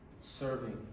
serving